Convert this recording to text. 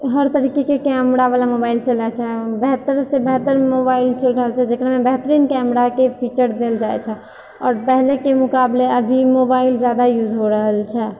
हर तरीकेके कैमरा वाला मोबाइल चलए छै बेहतरसँ बेहतर मोबाइल चलि रहल छै जेकरामे बेहतरीन कैमराके फीचर देल जाइ छै आओर पहलेके मुकाबले अभी मोबाइल जादा यूज हो रहल छै